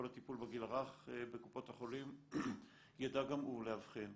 הטיפול בגיל הרך בקופות החולים ידע גם הוא לאבחן,